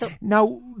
Now